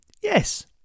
Yes